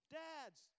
dads